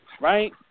Right